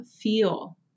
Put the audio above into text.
feel